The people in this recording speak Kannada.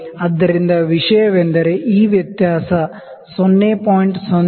ಆದ್ದರಿಂದ ವಿಷಯವೆಂದರೆ ಈ ವ್ಯತ್ಯಾಸ 0